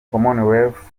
commonwealth